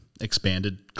expanded